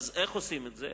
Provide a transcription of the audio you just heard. איך עושים את זה?